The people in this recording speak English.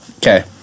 Okay